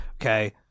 Okay